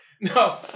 No